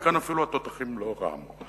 וכאן אפילו התותחים לא רעמו.